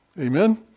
Amen